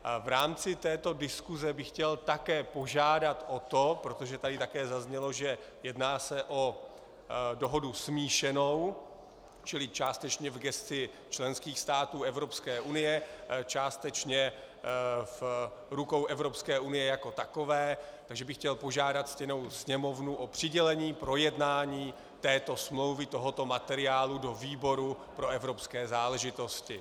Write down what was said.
V rámci této diskuse bych chtěl také požádat o to, protože tady také zaznělo, že se jedná o dohodu smíšenou, čili částečně v gesci členských států EU, částečně v rukou EU jako takové, takže bych chtěl požádat ctěnou Sněmovnu o přidělení projednání této smlouvy, tohoto materiálu, do výboru pro evropské záležitosti.